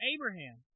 Abraham